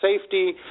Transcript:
safety